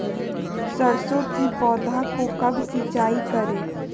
सरसों की पौधा को कब सिंचाई करे?